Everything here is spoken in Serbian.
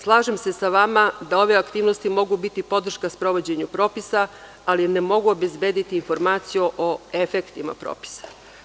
Slažem se sa vama da ove aktivnosti mogu biti podrška sprovođenju propisa, ali ne mogu obezbediti formaciju o efektima propisa.